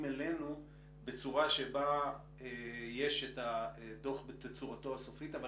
אלינו בצורה שבה יש את הדוח בתצורתו הסופית אבל